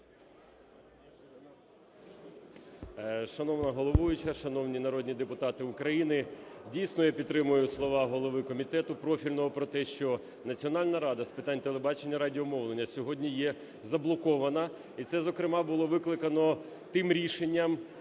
Шановна головуюча, шановні народні депутати України! Дійсно, я підтримую слова голови комітету профільного про те, що Національна рада з питань телебачення і радіомовлення сьогодні є заблокована, і це, зокрема, було викликано тим рішенням,